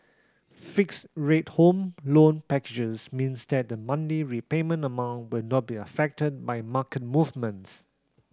fixed rate Home Loan packages means that the monthly repayment amount will not be affected by market movements